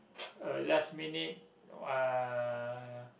a last minute uh